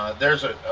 there's a